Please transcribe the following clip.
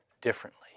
differently